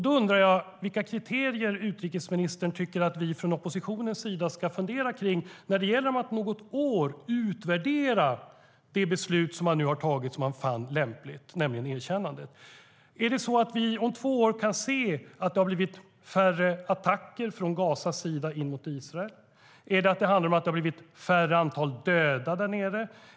Då undrar jag vilka kriterier utrikesministern tycker att vi från oppositionens sida ska fundera kring när det gäller att om något år utvärdera det beslut som man nu har tagit och som man fann lämpligt, nämligen ett erkännande. Kommer vi om två år att kunna se att det har blivit färre attacker från Gazas sida in mot Israel? Kommer det att handla om att det har blivit ett mindre antal dödade där nere?